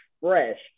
fresh